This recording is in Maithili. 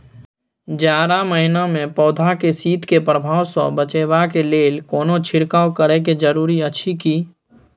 जारा महिना मे पौधा के शीत के प्रभाव सॅ बचाबय के लेल कोनो छिरकाव करय के जरूरी अछि की?